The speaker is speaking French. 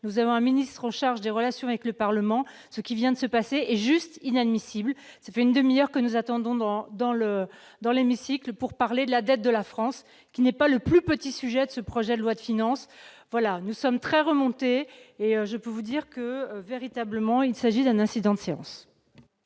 nous avons un ministre en charge des relations avec le Parlement, ce qui vient de se passer est juste inadmissible, c'était une demi-heure que nous attendons dans dans le dans l'hémicycle pour parler de la dette de la France, qui n'est pas le plus petit sujet de ce projet de loi de finances, voilà, nous sommes très remonté et je peux vous dire que véritablement, il s'agit d'un incident de séance.